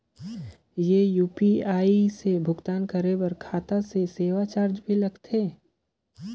ये यू.पी.आई से भुगतान करे पर खाता से सेवा चार्ज भी लगथे?